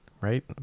Right